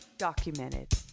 Documented